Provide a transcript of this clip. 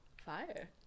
Fire